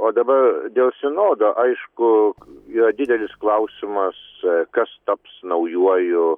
o dabar dėl sinodo aišku yra didelis klausimas kas taps naujuoju